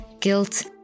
guilt